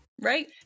Right